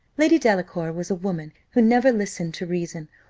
lady delacour was a woman who never listened to reason,